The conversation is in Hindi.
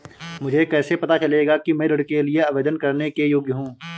मुझे कैसे पता चलेगा कि मैं ऋण के लिए आवेदन करने के योग्य हूँ?